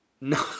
No